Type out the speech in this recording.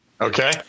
Okay